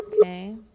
okay